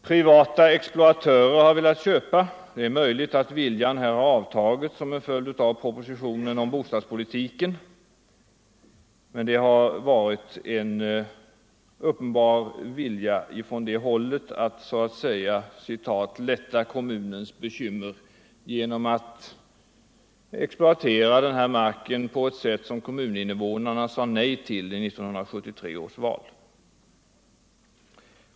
Privata exploatörer har velat köpa. Det är möjligt att viljan här har avtagit som en följd av propositionen om bostadspolitiken, men det har varit en uppenbar vilja från olika håll att ”lätta” kommunens bekymmer genom att exploatera den här marken på ett sätt som kommuninvånarna sade nej till i 1973 års val.